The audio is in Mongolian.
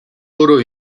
өөрөө